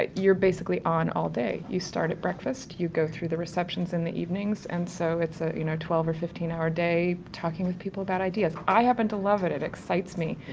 you're basically on all day. you start at breakfast, you go through the receptions in the evenings and so it's a, you know, twelve or fifteen hour day talking with people about ideas. i happen to love it it excites me.